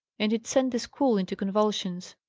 and it sent the school into convulsions.